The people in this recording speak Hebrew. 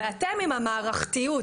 ואתם עם המערכתיות.